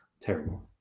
terrible